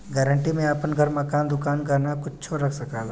guarantee में आपन घर, मकान, दुकान, गहना कुच्छो रख सकला